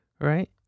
right